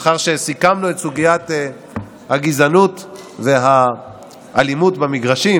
לאחר שסיכמנו את סוגיית הגזענות והאלימות במגרשים,